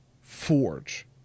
Forge